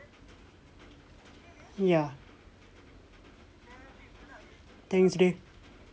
ya thanks dey